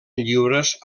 lliures